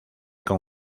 con